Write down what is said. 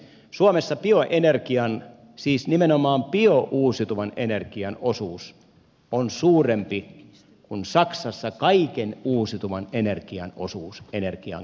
suomessa bioenergian siis nimenomaan biouusiutuvan energian osuus on suurempi kuin saksassa kaiken uusiutuvan energian osuus energian käytössä